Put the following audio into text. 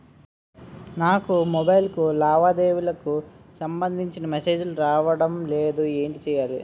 నాకు మొబైల్ కు లావాదేవీలకు సంబందించిన మేసేజిలు రావడం లేదు ఏంటి చేయాలి?